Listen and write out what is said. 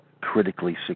critically